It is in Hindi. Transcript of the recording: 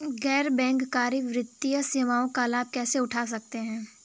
गैर बैंककारी वित्तीय सेवाओं का लाभ कैसे उठा सकता हूँ?